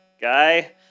guy